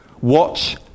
watch